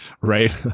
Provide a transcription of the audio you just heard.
right